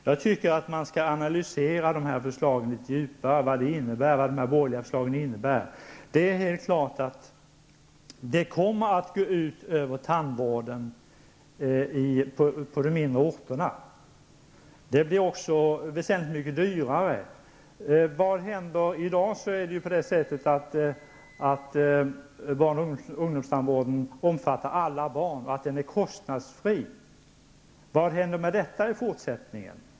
Jag tycker att man skall analysera litet djupare vad de här borgerliga förslagen innebär. Det är helt klart att de kommer att gå ut över tandvården på de mindre orterna. Den blir också väsentligt mycket dyrare. I dag omfattar barn och ungdomstandvården alla barn och är kostnadsfri. Vad händer med denna i fortsättningen?